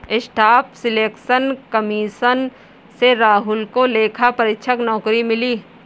staff selection commission से राहुल को लेखा परीक्षक नौकरी मिली